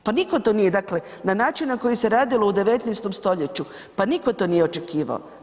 Pa niko to nije, dakle na način na koji se radilo u 19.stoljeću, pa niko to nije očekivao.